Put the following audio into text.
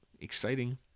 exciting